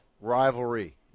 rivalry